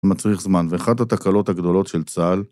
מצריך זמן, ואחת התקלות הגדולות של צה״ל